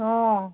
ହଁ